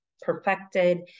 perfected